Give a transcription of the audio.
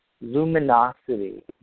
luminosity